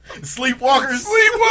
Sleepwalkers